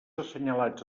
assenyalats